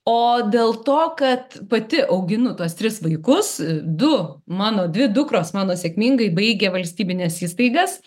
o dėl to kad pati auginu tuos tris vaikus du mano dvi dukros mano sėkmingai baigė valstybines įstaigas